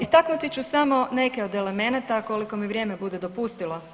Istaknuti ću samo neke od elemenata koliko mi vrijeme bude dopustilo.